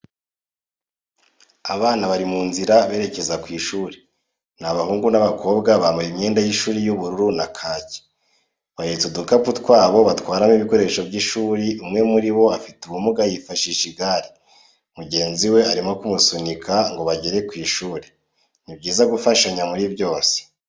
Abana bari mu nzira berekeza ku ishuri, ni abahungu n'abakobwa bambaye imyenda y'ishuri y'ubururu na kaki, bahetse udukapu twabo batwaramo ibikoresho by'ishuri, umwe muri bo afite ubumuga yifashisha igare, mugenzi we arimo kumusunika ngo bagerane ku ishuri. Ni byiza gufashanya muri byose.